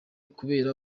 kubera